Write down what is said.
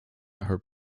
her